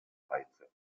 reize